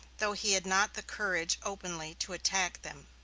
though he had not the courage openly to attack them.